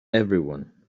everyone